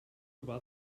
urbà